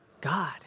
God